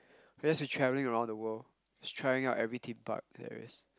just be travelling around the world just trying every Theme Park there is